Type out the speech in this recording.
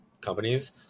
companies